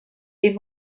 est